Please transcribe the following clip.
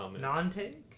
Non-take